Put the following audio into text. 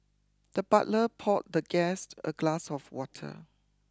the butler poured the guest a glass of water